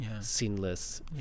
Sinless